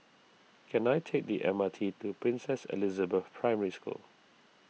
can I take the M R T to Princess Elizabeth Primary School